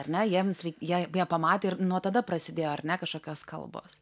ar ne jiems jie jie pamatė ir nuo tada prasidėjo ar ne kažkokios kalbos